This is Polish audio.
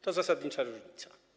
To zasadnicza różnica.